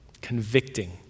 convicting